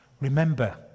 Remember